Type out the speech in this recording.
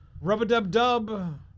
rub-a-dub-dub